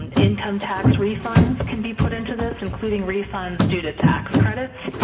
income tax refunds can be put into this including refunds due to tax credits.